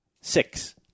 Six